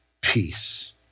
peace